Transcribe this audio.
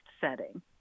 setting